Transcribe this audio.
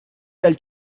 dal